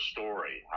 Story